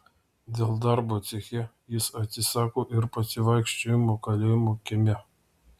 dėl darbo ceche jis atsisako ir pasivaikščiojimų kalėjimo kieme